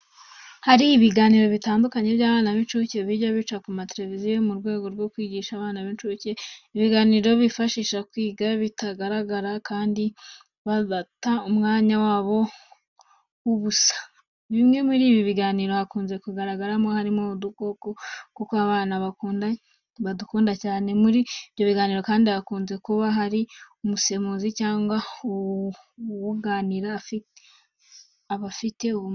Hari ibiganiro bitandukanye by'abana b'incuke bijya bica ku mateleviziyo, mu rwego rwo kwigisha abana b'incuke. Ibi biganiro bibafasha kwiga batarangara kandi badata umwanya wabo w'ubusa. Bimwe muri ibi biganiro hakunze kugaragara, harimo udukoko kuko abana badukunda cyane. Muri ibyo biganiro kandi hakunze kuba hari umusemuzi cyangwa uwunganira abafite ubumuga.